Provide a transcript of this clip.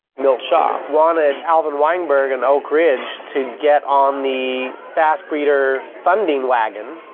milton shaw wanted alvin weinberg and oak ridge to get on the fast breeder funding wagon.